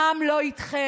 העם לא איתכם.